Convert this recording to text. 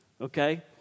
Okay